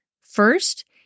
First